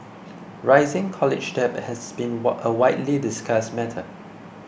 rising college debt has been a widely discussed matter